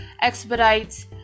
expedite